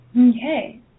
Okay